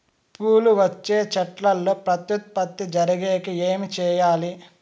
పూలు వచ్చే చెట్లల్లో ప్రత్యుత్పత్తి జరిగేకి ఏమి చేయాలి?